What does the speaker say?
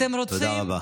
תודה רבה.